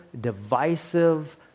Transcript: divisive